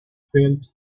felt